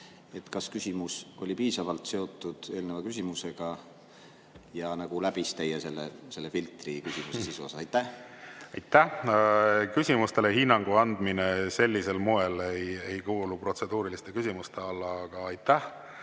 kas küsimus oli piisavalt seotud eelneva küsimusega ja läbis teie filtri küsimuse sisu osas? Aitäh! Küsimustele hinnangu andmine ei kuulu protseduuriliste küsimuste alla. Aga aitäh,